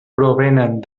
provenen